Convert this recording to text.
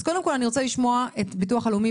אז קודם כל אני רוצה לשמוע מביטוח לאומי